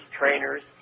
trainers